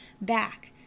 back